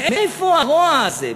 מאיפה הרוע הזה?